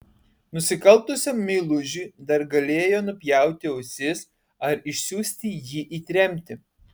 nusikaltusiam meilužiui dar galėjo nupjauti ausis ar išsiųsti jį į tremtį